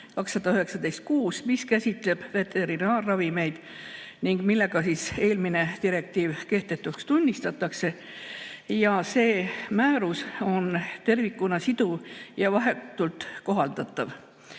2019/6, mis käsitleb veterinaarravimeid ning millega eelmine direktiiv tunnistatakse kehtetuks. See määrus on tervikuna siduv ja vahetult kohaldatav.